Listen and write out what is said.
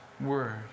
word